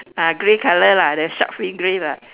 ah grey color lah the shark fin grey lah